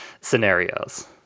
scenarios